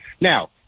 Now